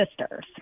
sister's